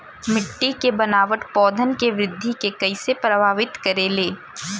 मिट्टी के बनावट पौधन के वृद्धि के कइसे प्रभावित करे ले?